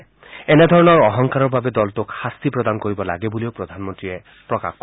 তেওঁ লগতে এনেধৰণৰ অহংকাৰৰ বাবে দলটোক শাস্তি প্ৰদান কৰিব লাগে বুলিও প্ৰধানমন্ত্ৰীয়ে প্ৰকাশ কৰে